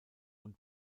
und